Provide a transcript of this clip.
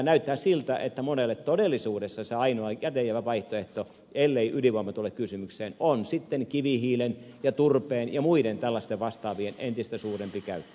näyttää siltä että monelle todellisuudessa se ainoa käteenjäävä vaihtoehto ellei ydinvoima tule kysymykseen on sitten kivihiilen ja turpeen ja muiden tällaisten vastaavien entistä suurempi käyttö